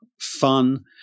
fun